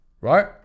right